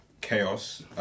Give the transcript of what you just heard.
Chaos